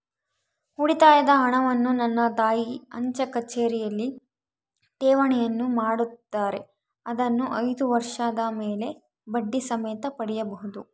ಉಳಿತಾಯದ ಹಣವನ್ನು ನನ್ನ ತಾಯಿ ಅಂಚೆಕಚೇರಿಯಲ್ಲಿ ಠೇವಣಿಯನ್ನು ಮಾಡುತ್ತಾರೆ, ಅದನ್ನು ಐದು ವರ್ಷದ ಮೇಲೆ ಬಡ್ಡಿ ಸಮೇತ ಪಡೆಯಬಹುದು